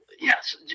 yes